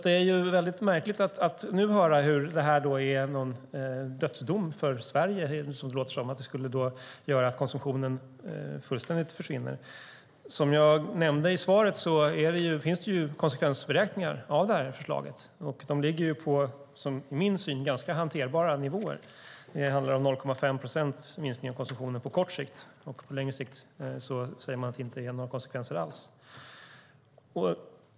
Det är väldigt märkligt att nu höra hur det är någon dödsdom för Sverige som skulle göra att konsumtionen fullständigt försvinner. Som jag nämnde i svaret finns det konsekvensberäkningar av förslaget. De ligger enligt min syn på ganska hanterbara nivåer. Det handlar om 0,5 procent i minskning av konsumtionen på kort sikt, och på längre sikt säger man att det inte är några konsekvenser alls.